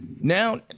Now